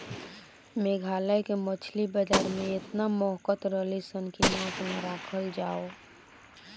मेघालय के मछली बाजार में एतना महकत रलीसन की नाक ना राखल जाओ